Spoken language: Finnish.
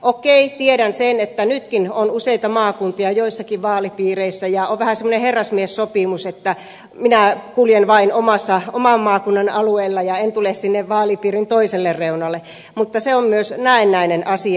okei tiedän sen että nytkin on useita maakuntia joissakin vaalipiireissä ja on vähän semmoinen herrasmiessopimus että minä kuljen vain oman maakunnan alueella ja en tule sinne vaalipiirin toiselle reunalle mutta se on myös näennäinen asia